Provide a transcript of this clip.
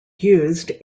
used